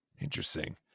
interesting